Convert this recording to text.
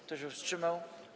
Kto się wstrzymał?